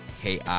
ki